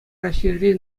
раҫҫейре